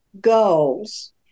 goals